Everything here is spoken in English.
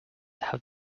have